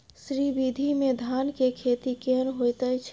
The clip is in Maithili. श्री विधी में धान के खेती केहन होयत अछि?